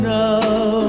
now